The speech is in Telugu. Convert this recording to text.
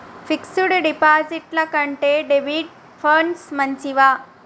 ఫిక్స్ డ్ డిపాజిట్ల కంటే డెబిట్ ఫండ్స్ మంచివా?